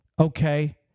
okay